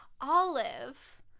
Olive